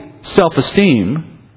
self-esteem